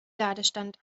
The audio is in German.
ladestand